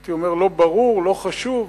הייתי אומר: לא ברור, לא חשוב.